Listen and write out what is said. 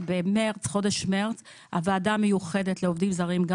בחודש מרץ הוועדה המיוחדת לעובדים זרים גם